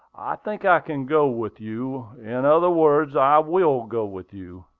i think i can go with you in other words, i will go with you.